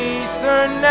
Eastern